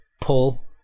pull